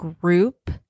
group